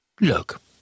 Look